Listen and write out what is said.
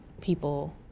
people